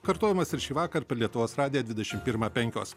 kartojimas ir šįvakar per lietuvos radiją dvidešimt pirmą penkios